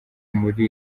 muri